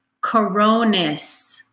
Coronis